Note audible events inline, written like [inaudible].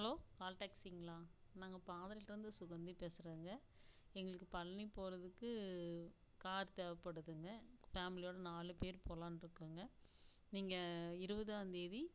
hello call டாக்ஸிங்களா நாங்கள் [unintelligible] சுகந்தி பேசுறோங்க எங்களுக்கு பழனி போகிறதுக்கு கார் தேவைபடுதுங்க ஃபேமலியோடு நாலு பேர் போகலான்னுருக்கோங்க நீங்கள் இருபதாந்தேதி